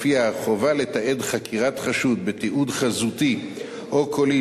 שלפיה החובה לתעד חקירת חשוד בתיעוד חזותי או קולי,